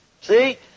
See